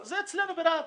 זה אצלנו ברהט.